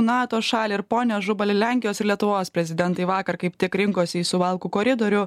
nato šalį ir pone ažubali lenkijos ir lietuvos prezidentai vakar kaip tik rinkosi į suvalkų koridorių